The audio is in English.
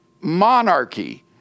monarchy